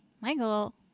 Michael